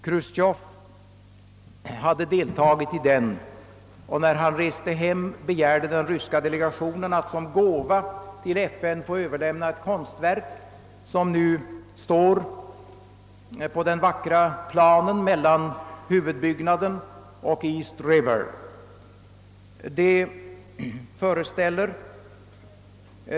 Chrusjtjov hade deltagit i den, och när han reste hem begärde den ryska delegationen att som gåva till FN få överlämna ett konstverk som nu står på den vackra planen mellan huvudbyggnaden och East River.